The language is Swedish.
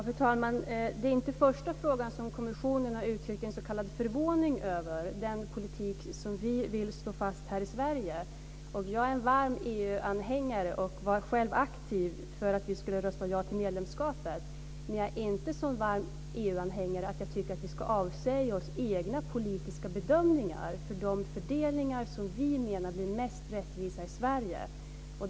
Fru talman! Det är inte den första frågan där kommissionen har uttryckt s.k. förvåning över den politik som vi vill slå fast här i Sverige. Jag är en varm EU-anhängare och var själv aktiv för att vi skulle rösta ja till medlemskapet. Men jag är inte en så varm EU-anhängare att jag tycker att vi ska avsäga oss egna politiska bedömningar för de fördelningar som vi menar blir mest rättvisa i Sverige.